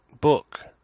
book